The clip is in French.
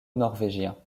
norvégien